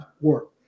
work